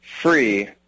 free